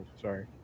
sorry